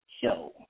show